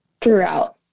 throughout